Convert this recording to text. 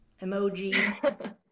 Emoji